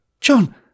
John